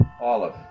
olive